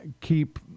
keep